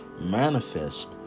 manifest